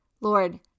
Lord